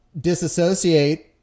disassociate